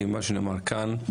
כי מה שנאמר כאן,